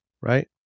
right